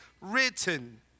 written